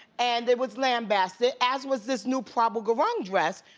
and, it was lambasted, as was this new prabal gurung dress.